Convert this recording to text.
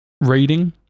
reading